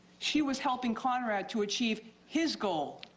she was helping conrad to achieve his goal.